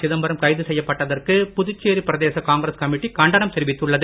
சிதம்பரம் செய்யப்பட்டதற்கு புதுச்சேரி பிரதேச காங்கிரஸ் கமிட்டி கண்டனம் கைது தெரிவித்துள்ளது